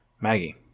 Maggie